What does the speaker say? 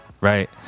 Right